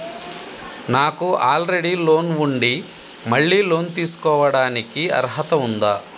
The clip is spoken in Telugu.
నాకు ఆల్రెడీ లోన్ ఉండి మళ్ళీ లోన్ తీసుకోవడానికి అర్హత ఉందా?